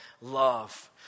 love